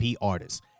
artists